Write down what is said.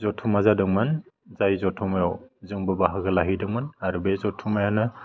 जथुम्मा जादोंमोन जाय जथुम्मायाव जोंबो बाहागो लाहैदोंमोन आरो बे जथुम्मायानो